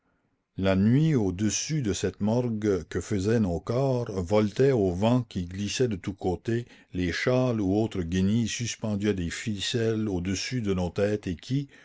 la nuit au-dessus de cette morgue que faisaient nos corps voletaient au vent qui glissait de tous côtés les châles ou autres guenilles suspendues à des ficelles au-dessus de nos têtes et qui